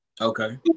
Okay